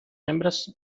hembras